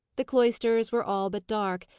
the cloisters were all but dark,